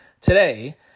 today